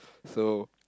so